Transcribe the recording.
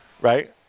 right